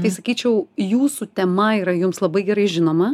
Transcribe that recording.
tai sakyčiau jūsų tema yra jums labai gerai žinoma